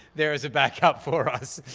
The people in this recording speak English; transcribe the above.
there is a back up for us.